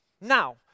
Now